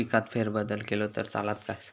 पिकात फेरबदल केलो तर चालत काय?